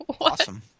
Awesome